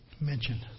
Mentioned